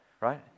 right